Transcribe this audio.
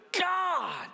God